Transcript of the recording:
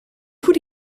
goed